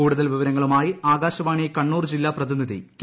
കൂടുതൽ വിവരങ്ങളുമായി ആകാശവാണി കണ്ണൂർ ജില്ലാ പ്രതിനിധി കെ